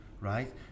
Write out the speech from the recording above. right